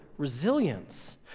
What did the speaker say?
resilience